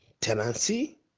tenancy